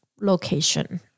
location